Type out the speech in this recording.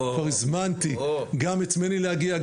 כבר הזמנתי גם את מני להגיע,